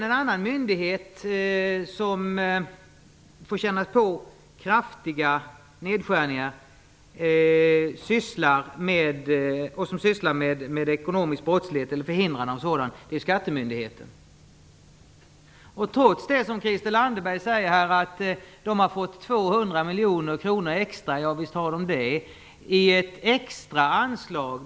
En annan myndighet som också fått känna av kraftiga nedskärningar och som sysslar med förhindrande av ekonomisk brottslighet är skattemyndigheten. Som Christel Anderberg sade har de fått 200 miljoner kronor i ett extra anslag.